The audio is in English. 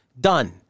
Done